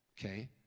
Okay